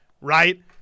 Right